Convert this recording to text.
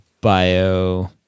bio